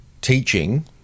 teaching